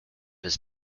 his